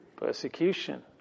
persecution